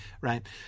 right